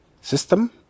system